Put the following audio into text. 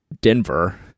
Denver